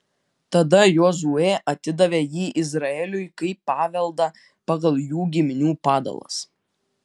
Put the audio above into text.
tada jozuė atidavė jį izraeliui kaip paveldą pagal jų giminių padalas